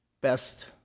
best